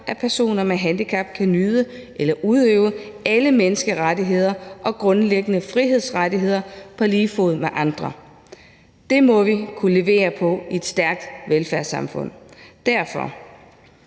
at personer med handicap kan nyde eller udøve alle menneskerettigheder og grundlæggende frihedsrettigheder på lige fod med andre«. Det må vi kunne levere på i et stærkt velfærdssamfund. Derfor: